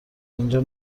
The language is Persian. اینجا